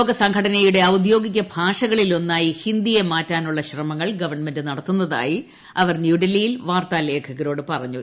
ലോകസംഘടനയുടെ ഔദ്യോഗിക ഭാഷകളിൽ ഒന്നായി ഹിന്ദിയെ മാറ്റാനുള്ള ശ്രമങ്ങൾ ഗവൺമെന്റ് നടത്തുന്നതായി അവർ ന്യൂഡൽഹിയിൽ വാർത്താലേഖകരോട് പറഞ്ഞു